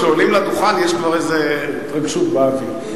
כשעולים לדוכן יש כבר איזה התרגשות באוויר,